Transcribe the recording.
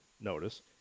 notice